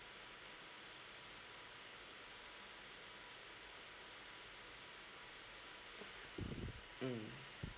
mm